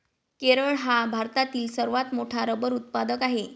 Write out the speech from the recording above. केरळ हा भारतातील सर्वात मोठा रबर उत्पादक आहे